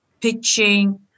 pitching